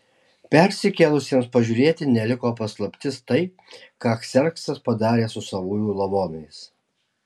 persikėlusiems pažiūrėti neliko paslaptis tai ką kserksas padarė su savųjų lavonais